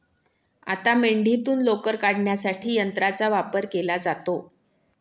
आता मेंढीतून लोकर काढण्यासाठी यंत्राचा वापर केला जातो